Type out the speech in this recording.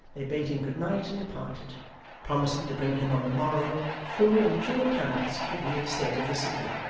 they bade him good night and departed promising to bring him on the morrow full and true accounts of the real state of the city,